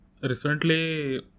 recently